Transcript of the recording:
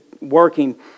working